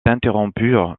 interrompue